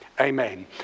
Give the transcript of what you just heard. amen